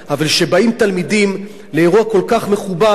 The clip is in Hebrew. אבל כשבאים תלמידים לאירוע כל כך מכובד,